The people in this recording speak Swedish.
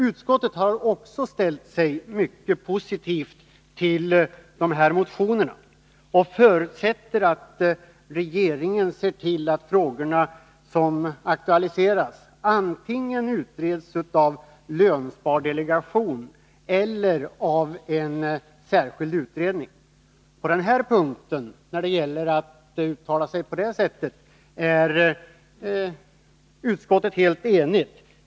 Utskottet har också ställt sig mycket positivt till de här motionerna och förutsätter att regeringen ser till att frågorna som aktualiseras blir utredda, antingen av lönspardelegationen eller av en särskild utredning. På den punkten är utskottet helt enigt i sitt uttalande.